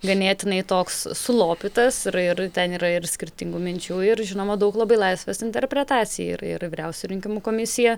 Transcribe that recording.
ganėtinai toks sulopytas ir ir ten yra ir skirtingų minčių ir žinoma daug labai laisvės interpretacijai ir ir vyriausia rinkimų komisija